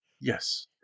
Yes